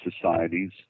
societies